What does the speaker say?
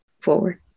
forward